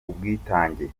ubwitange